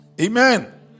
Amen